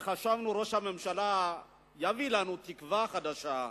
וחשבנו שראש הממשלה יביא לנו תקווה חדשה,